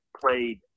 played